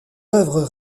œuvres